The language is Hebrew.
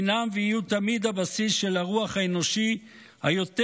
הינם ויהיו תמיד הבסיס של הרוח האנושית היותר-טהורה,